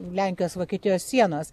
lenkijos vokietijos sienos